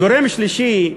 גורם שלישי,